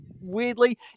weirdly